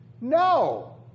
No